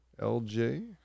LJ